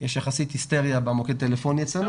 יש יחסית היסטריה במוקד הטלפוני אצלנו